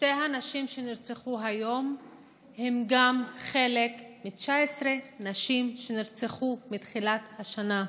שתי הנשים שנרצחו היום הן גם חלק מ-19 הנשים שנרצחו מתחילת השנה.